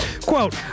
Quote